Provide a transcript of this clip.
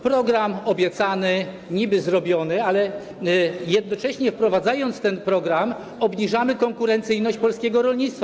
Program obiecany, niby zrobiony, ale jednocześnie, wprowadzając ten program, obniżamy konkurencyjność polskiego rolnictwa.